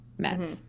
meds